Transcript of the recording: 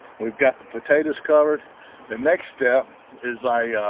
we've got the potatoes covered the next step is i